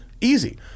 Easy